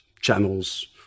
channels